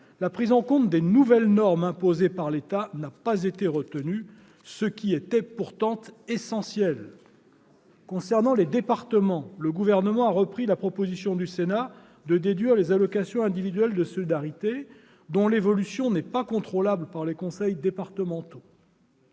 le Sénat, celle des nouvelles normes imposées par l'État n'a pas été retenue, ce qui était pourtant essentiel. Concernant les départements, le Gouvernement a repris la proposition du Sénat de déduire les allocations individuelles de solidarité, dont l'évolution n'est pas contrôlable par les conseils départementaux,